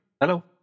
Hello